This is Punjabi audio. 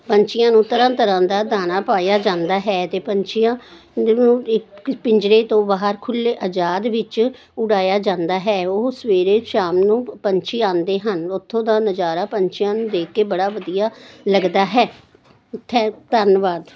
ਪੰਛੀਆਂ ਨੂੰ ਤਰ੍ਹਾਂ ਤਰ੍ਹਾਂ ਦਾ ਦਾਣਾ ਪਾਇਆ ਜਾਂਦਾ ਹੈ ਅਤੇ ਪੰਛੀਆਂ ਨੂੰ ਇੱਕ ਪਿੰਜਰੇ ਤੋਂ ਬਾਹਰ ਖੁੱਲ੍ਹੇ ਅਜ਼ਾਦ ਵਿੱਚ ਉਡਾਇਆ ਜਾਂਦਾ ਹੈ ਉਹ ਸਵੇਰੇ ਸ਼ਾਮ ਨੂੰ ਪੰਛੀ ਆਉਂਦੇ ਹਨ ਉੱਥੋਂ ਦਾ ਨਜ਼ਾਰਾ ਪੰਛੀਆਂ ਨੂੰ ਦੇਖ ਕੇ ਬੜਾ ਵਧੀਆ ਲੱਗਦਾ ਹੈ ਥੈ ਧੰਨਵਾਦ